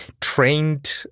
trained